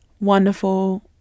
wonderful